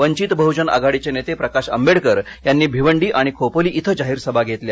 वंचित बह्जन आघाडीचे नेते प्रकाश आंबेडकर यांनी भिवंडी आणि खोपोली क्वे जाहीर सभा घेतल्या